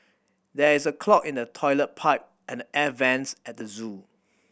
there is a clog in the toilet pipe and the air vents at the zoo